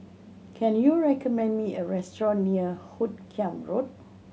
can you recommend me a restaurant near Hoot Kiam Road